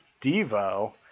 Devo